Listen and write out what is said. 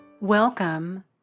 Welcome